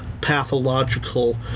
pathological